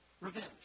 revenge